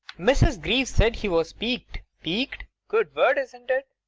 mrs. greaves said he was peaked. peaked! good word isn't it?